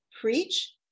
preach